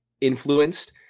influenced